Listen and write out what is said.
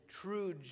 true